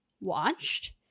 watched